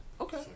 Okay